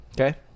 Okay